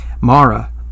mara